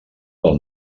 del